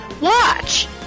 watch